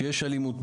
שיש אלימות,